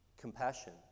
compassion